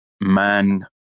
man